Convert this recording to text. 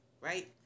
right